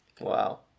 Wow